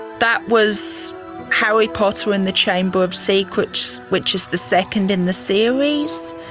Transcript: that was harry potter and the chamber of secrets, which is the second in the series,